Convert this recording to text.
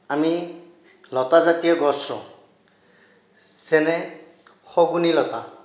আমি লতা জাতীয় গছ ৰোওঁ যেনে শগুনি লতা